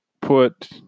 put